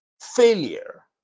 failure